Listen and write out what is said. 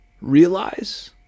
realize